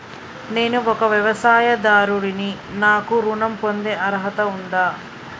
నేను ఒక వ్యవసాయదారుడిని నాకు ఋణం పొందే అర్హత ఉందా?